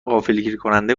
غافلگیرکننده